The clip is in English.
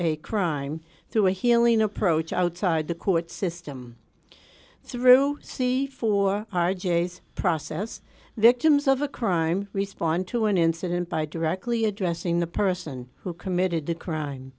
a crime through a healing approach outside the court system through see for r j as process victims of a crime respond to an incident by directly addressing the person who committed the crime